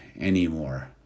anymore